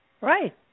Right